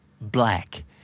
black